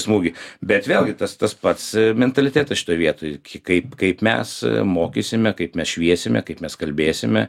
smūgį bet vėlgi tas tas pats mentalitetas šitoj vietoj kaip kaip mes mokysime kaip mes šviesime kaip mes kalbėsime